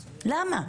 למה?